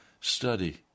study